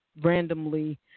randomly